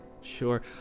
Sure